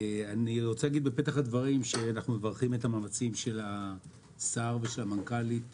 אנחנו מברכים את המאמצים של השר ושל המנכ"לית